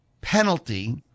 penalty